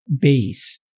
Base